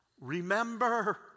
remember